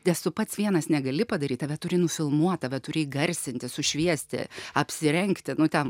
nes tu pats vienas negali padaryt tave turi nufilmuot tave turi įgarsinti sušviesti apsirengti nu ten